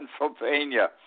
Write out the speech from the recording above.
Pennsylvania